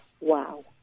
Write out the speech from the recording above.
Wow